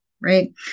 right